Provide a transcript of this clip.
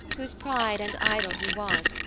whose pride and idol he was,